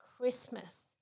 Christmas